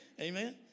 Amen